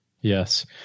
Yes